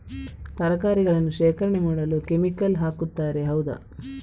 ತರಕಾರಿಗಳನ್ನು ಶೇಖರಣೆ ಮಾಡಲು ಕೆಮಿಕಲ್ ಹಾಕುತಾರೆ ಹೌದ?